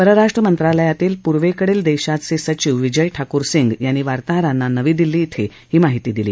परराष्ट्र मंत्रालयातील पुर्वेकडील देशाचे संघिव विजय ठाकूर सिंग यांनी वार्ताहरांना नवी दिल्ली इथं ही माहिती दिली